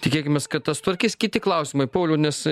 tikėkimės kad tą sutvarkys kiti klausimai pauliau nes